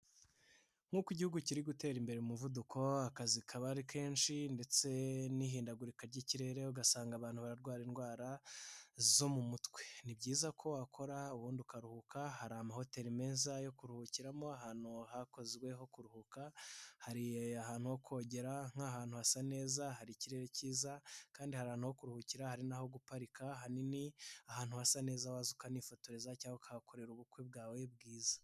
Nk'uko igihugu kiri gutera imbere mu umuvuduko, akazi kaba ari kenshi ndetse n'ihindagurika ry'ikirere ugasanga abantu barwara indwara zo mu mutwe, ni byiza ko wakora ubundi ukaruhuka hari ama hoteli meza yo kuruhukiramo, ahantu hakozwe ho kuruhuka, hari ahantu ho kogera nk'ahantu hasa neza, hari ikirere cyiza kandi hari ahantu ho kuruhukira hari n'aho guparika hanini, ahantu hasa neza waza ukanifotoreza cyangwa ukahakorera ubukwe bwawe bwiza.